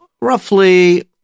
Roughly